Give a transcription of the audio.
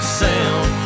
sound